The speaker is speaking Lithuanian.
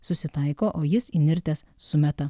susitaiko o jis įnirtęs sumeta